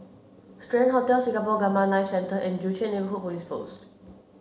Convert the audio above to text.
Strand Hotel Singapore Gamma Knife Centre and Joo Chiat Neighbourhood Police Post